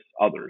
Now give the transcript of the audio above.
others